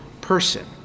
person